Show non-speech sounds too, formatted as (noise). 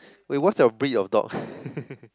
wait what's your breed of dog (laughs)